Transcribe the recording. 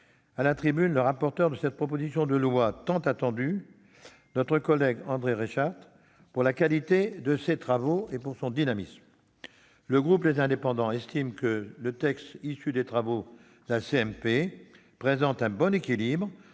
de la tribune le rapporteur de cette proposition de loi tant attendue, André Reichardt, pour la qualité de ses travaux et pour son dynamisme. Le groupe Les Indépendants estime que le texte issu des travaux de la CMP présente un bon équilibre